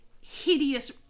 hideous